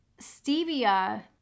Stevia